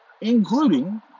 including